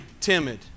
timid